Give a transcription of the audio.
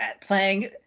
playing